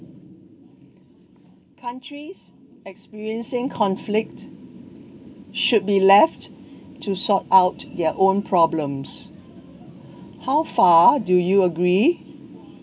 countries experiencing conflict should be left to sort out their own problems how far do you agree